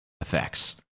effects